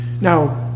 Now